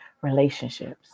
relationships